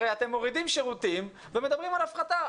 הרי אתם מורידים שירותים ומדברים על הפחתה.